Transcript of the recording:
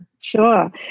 Sure